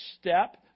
step